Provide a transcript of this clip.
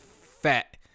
fat